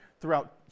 throughout